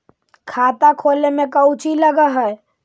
खाता खोले में कौचि लग है?